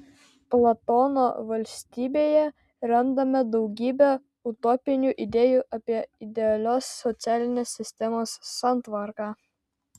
platono valstybėje randame daugybę utopinių idėjų apie idealios socialinės sistemos santvarką